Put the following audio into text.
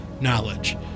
knowledge